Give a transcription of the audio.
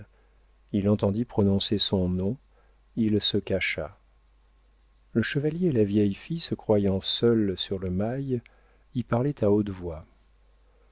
il entendit prononcer son nom il se cacha le chevalier et la vieille fille se croyant seuls sur le mail y parlaient à haute voix